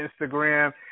Instagram